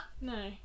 no